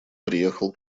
приехал